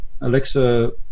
Alexa